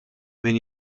min